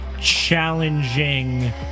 challenging